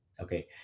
Okay